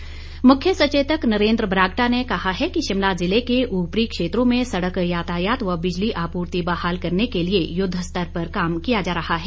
बरागटा मुख्य सचेतक नरेंद्र बरागटा ने कहा है कि शिमला जिले के ऊपरी क्षेत्रों में सड़क यातायात व बिजली आपूर्ति बहाल करने के लिए युद्ध स्तर पर काम किया जा रहा है